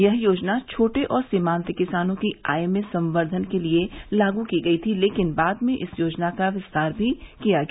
यह योजना छोटे और सीमांत किसानों की आय में संबर्धन के लिए लागू की गई थी लेकिन बाद में इस योजना का विस्तार भी किया गया